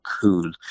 cool